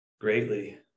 greatly